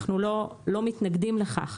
אנחנו לא מתנגדים לכך,